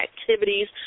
activities